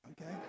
okay